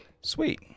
Sweet